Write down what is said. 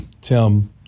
Tim